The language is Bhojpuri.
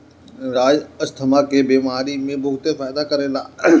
राई अस्थमा के बेमारी में बहुते फायदा करेला